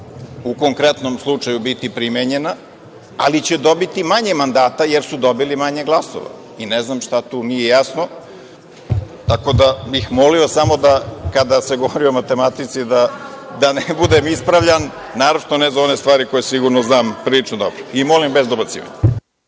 u konkretnom slučaju biti primenjena, ali će dobiti manje mandata, jer su dobili manje glasova. I ne znam šta tu nije jasno? Molio bih samo, kada se govori o matematici, da ne budem ispravljan, naročito ne za one stvari koje sigurno znam prilično dobro. I molim bez dobacivanja.